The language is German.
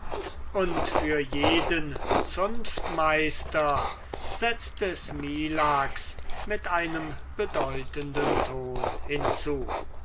halseund für jeden zunftmeister setzte smilax mit einem bedeutenden ton hinzu